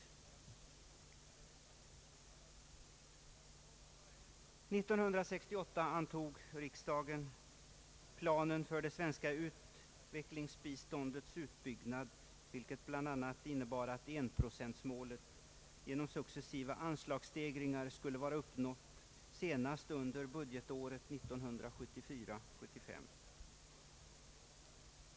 1968 antog riksdagen planen för det svenska utvecklingsbiståndets utbyggnad, vilken bl.a. innebar att enprocentsmålet genom successiva anslagsstegringar skulle vara uppnått senast under budgetåret 1974/75.